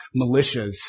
militias